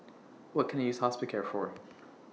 What Can I use Hospicare For